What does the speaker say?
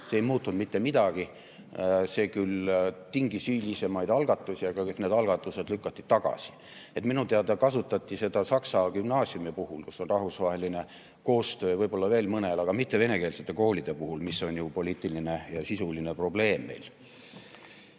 See ei muutnud mitte midagi. See küll tingis üldisemaid algatusi, aga kõik need algatused lükati tagasi. Minu teada kasutati seda Saksa Gümnaasiumi puhul, kus on rahvusvaheline koostöö, võib-olla veel mõne puhul, aga mitte venekeelsete koolide puhul, mis on ju poliitiline ja sisuline probleem meil.